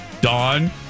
Dawn